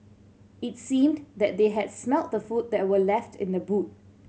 it seemed that they had smelt the food that were left in the boot